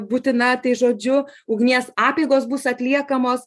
būtina tai žodžiu ugnies apeigos bus atliekamos